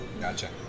Gotcha